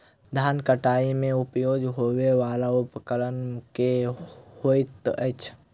धान कटाई मे उपयोग होयवला उपकरण केँ होइत अछि?